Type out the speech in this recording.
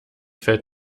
fällt